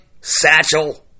Satchel